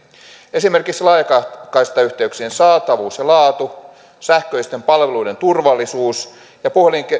esimerkiksi laajakaistayhteyksien saatavuus ja laatu sähköisten palveluiden turvallisuus ja